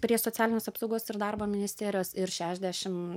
prie socialinės apsaugos ir darbo ministerijos ir šešiasdešim